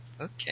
Okay